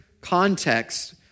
context